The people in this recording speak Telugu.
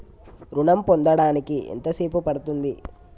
ఋణం పొందడానికి ఎంత సేపు పడ్తుంది?